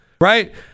right